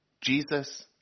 Jesus